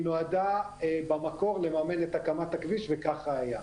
נועדה במקור לממן את הקמת הכביש וכך היה.